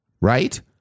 right